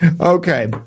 Okay